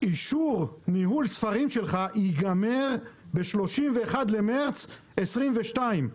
'אישור ניהול ספרים שלך ייגמר ב- 31 למרץ 2022,